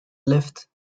left